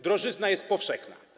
Drożyzna jest powszechna.